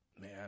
man